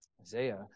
Isaiah